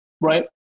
right